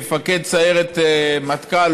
מפקד סיירת מטכ"ל,